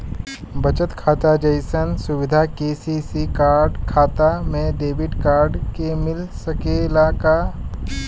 बचत खाता जइसन सुविधा के.सी.सी खाता में डेबिट कार्ड के मिल सकेला का?